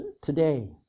today